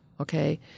okay